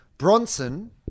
Bronson